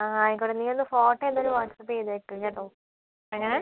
ആ ആയിക്കോട്ടെ നീ ഒന്ന് ഫോട്ടോ എന്തായാലും വാട്ട്സ്ആപ്പ് ചെയ്തേക്ക് കേട്ടോ ആ ഞാൻ